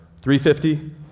350